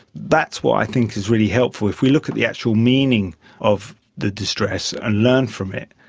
that's what i think is really helpful. if we look at the actual meaning of the distress and learn from it,